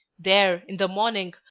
there, in the morning,